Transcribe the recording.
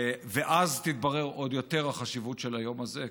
ואז תתברר עוד יותר החשיבות של היום הזה,